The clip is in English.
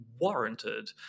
warranted